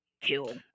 kill